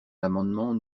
l’amendement